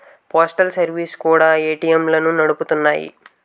postal services కూడా ఏటీఎంలను నడుపుతున్నాయి